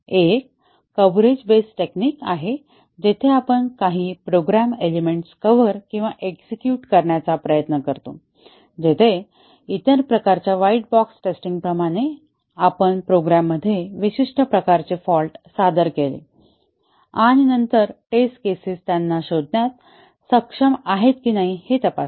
एक coverage based technique आहे जेथे आपण काही प्रोग्राम एलेमेंट्स कव्हर किंवा एक्सिक्युट करण्याचा प्रयत्न करतो जिथे इतर प्रकारच्या व्हाईट बॉक्स टेस्टिंगप्रमाणे आपण प्रोग्राममध्ये विशिष्ट प्रकारचे फॉल्ट सादर केले आणि नंतर टेस्ट केसेस त्यांना शोधण्यात सक्षम आहेत की नाही ते तपासा